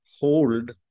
hold